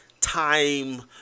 time